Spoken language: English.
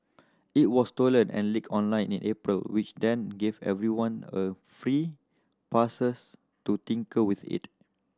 it was stolen and leaked online in April which then gave everyone a free passes to tinker with it